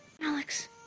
Alex